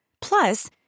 Plus